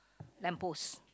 lamp post